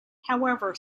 however